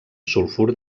sulfur